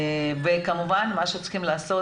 כמובן מה שצריכים לעשות,